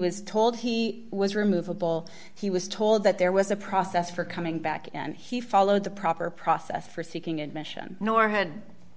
was told and he was removable he was told that there was a process for coming back and he followed the proper process for seeking admission nor had